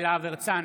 יוראי להב הרצנו,